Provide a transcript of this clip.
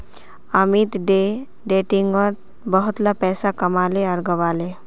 Amit day ट्रेडिंगत बहुतला पैसा कमाले आर गंवाले